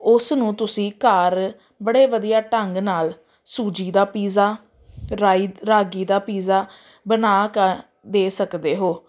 ਉਸ ਨੂੰ ਤੁਸੀਂ ਘਰ ਬੜੇ ਵਧੀਆ ਢੰਗ ਨਾਲ ਸੂਜੀ ਦਾ ਪੀਜ਼ਾ ਰਾਈ ਰਾਗੀ ਦਾ ਪੀਜ਼ਾ ਬਣਾ ਕੇ ਦੇ ਸਕਦੇ ਹੋ